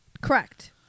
Correct